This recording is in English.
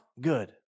good